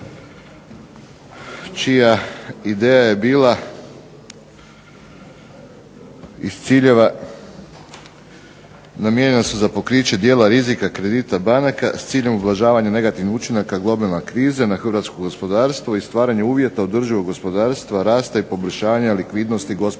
čija ideja je bila iz ciljeva namijenjena su za pokriće dijela rizika kredita banaka, s ciljem ublažavanja negativnih učinaka globalne krize na hrvatsko gospodarstva i stvaranje uvjeta održivog gospodarstva, rasta i poboljšanja likvidnosti gospodarskih